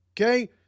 Okay